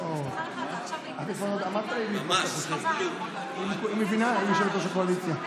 עוד פעם אני שואל אותך: אם אתה לא תסכים להתניות,